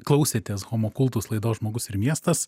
klausėtės homo kultus laidos žmogus ir miestas